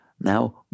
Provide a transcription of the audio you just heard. Now